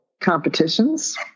competitions